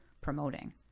promoting